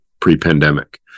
pre-pandemic